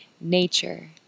nature